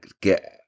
get